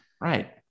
right